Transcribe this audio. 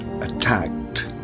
attacked